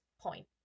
point